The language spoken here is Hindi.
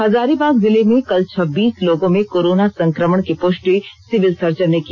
हजारीबाग जिले में कल छब्बीस लोगों में कोरोना संक्रमण की पुष्टि सिविल सर्जन ने की